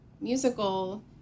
musical